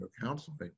counseling